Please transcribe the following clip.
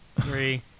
Three